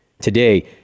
Today